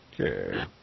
Okay